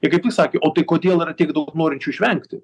jie kaip tik sakė o tai kodėl yra tiek daug norinčių išvengti